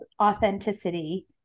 authenticity